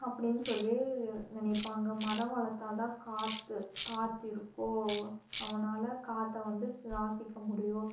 அப்படினு சொல்லி நினைப்பாங்க மரம் வளர்த்தாதான் காற்று காற்று இருக்கும் நம்மளால் காற்றை வந்து சுவாசிக்க முடியும்